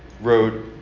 wrote